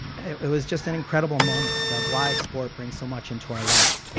it was just an incredible moment of why sport brings so much into our lives.